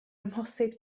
amhosib